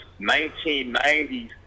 1990s